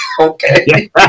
Okay